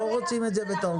לא רוצים את זה בתרגום.